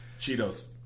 Cheetos